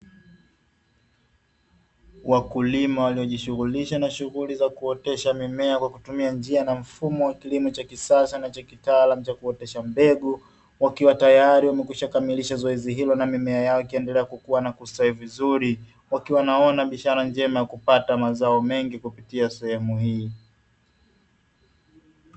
Wakulima waliojishughulisha na shughuli za kuotesha mimea kwa kutumia njia na mfumo wa kilimo cha kisasa na cha kitaalamu cha kuotesha mbegu, wakiwa tayari wamekwishakamilisha zoezi hilo na mimea yao ikiendelea kukua na kustawi vizuri, wakiwa wanaona ni ishara njema ya kupata mazao mengi kupitia sehemu hii.